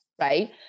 Right